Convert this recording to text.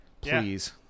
please